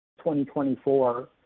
2024